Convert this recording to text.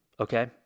Okay